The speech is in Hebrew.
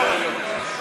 לא,